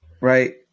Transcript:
right